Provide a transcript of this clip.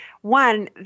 one